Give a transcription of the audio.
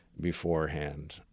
beforehand